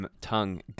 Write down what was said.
tongue